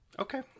Okay